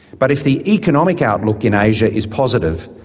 but if the economic outlook in asia is positive,